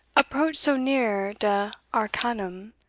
approached so near de arcanum,